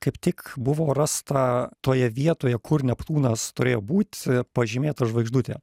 kaip tik buvo rasta toje vietoje kur neptūnas turėjo būt pažymėta žvaigždutė